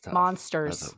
monsters